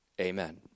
Amen